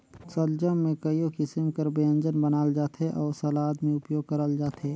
सलजम ले कइयो किसिम कर ब्यंजन बनाल जाथे अउ सलाद में उपियोग करल जाथे